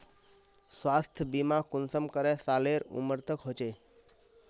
स्वास्थ्य बीमा कुंसम करे सालेर उमर तक होचए?